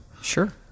Sure